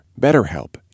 BetterHelp